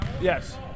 yes